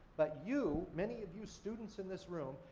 but, you, many of you students in this room,